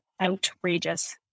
outrageous